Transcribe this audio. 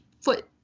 foot